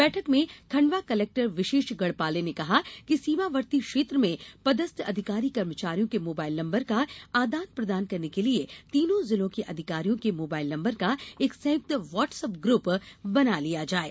बैठक में खण्डवा कलेक्टर विशेष गढ़पाले ने कहा कि सीमावर्ती क्षेत्र में पदस्थ अधिकारी कर्मचारियों के मोबाइल नम्बर का आदान प्रदान करने के लिए तीनों जिलों के अधिकारियों के मोबाइल नम्बर का एक संयुक्त वॉटसअप ग्रप बना लिया जायें